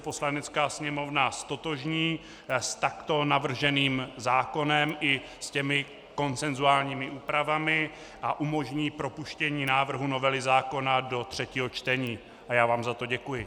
Poslanecká sněmovna ztotožní s takto navrženým zákonem i s těmi konsenzuálními úpravami a umožní propuštění návrhu novely zákona do třetího čtení, a já vám za to děkuji.